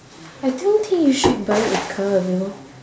I don't think you should buy a car you know